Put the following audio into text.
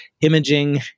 imaging